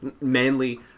manly